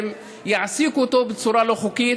יעסיקו אותו בצורה לא חוקית,